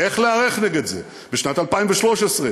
איך להיערך נגד זה בשנת 2013,